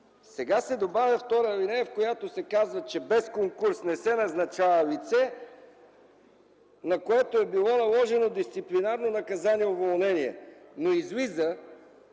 Сега се добавя втора алинея, в която се казва, че без конкурс не се назначава лице, на което е било наложено дисциплинарно наказание – уволнение, но излиза,